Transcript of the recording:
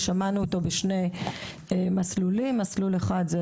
ושמענו אותו בשני מסלולים: מסלול אחד הוא